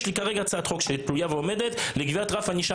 יש לי הצעת חוק לגבי קביעת רף ענישה